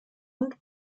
und